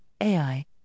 AI